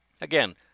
again